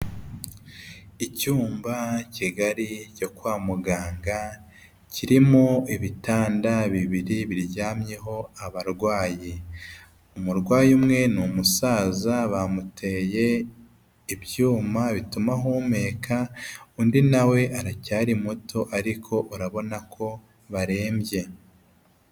Icyumba kigari cyo kwa muganga kirimo ibitanda bibiri biryamyeho abarwayi. Umurwayi umwe ni umusaza bamuteye ibyuma bituma ahumeka, undi nawe aracyari muto ariko urabona ko barembye.